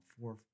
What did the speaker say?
four